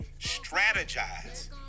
strategize